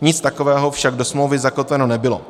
Nic takového však do smlouvy zakotveno nebylo.